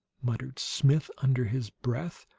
muttered smith, under his breath,